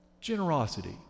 generosity